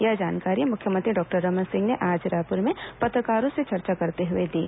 यह जानकारी मुख्यमंत्री डॉक्टर रमन सिंह ने आज रायपुर में पत्रकारों से चर्चा करते हुए दी